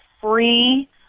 free